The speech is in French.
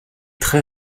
très